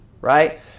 Right